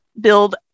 build